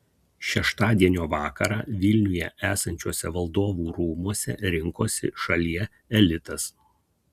šeštadienio vakarą vilniuje esančiuose valdovų rūmuose rinkosi šalie elitas